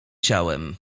ciałem